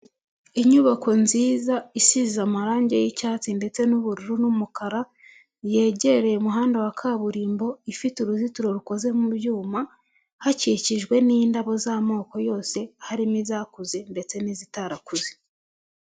Inyubako nziza isize amarangi y'icyatsi ndetse n'ubururu n'umukara yegereye umuhanda wa kaburimbo ifite uruzitiro rukoze mu byuma hakikijwe n'indabo z'amoko yose harimo izakuze ndetse n'izitarakuze.